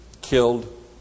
killed